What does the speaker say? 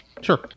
Sure